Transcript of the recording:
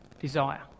desire